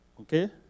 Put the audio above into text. Okay